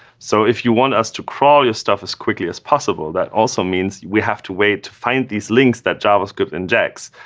so if you want us to crawl your stuff as quickly as possible, that also means we have to wait to find these links that javascript injects.